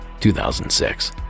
2006